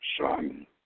son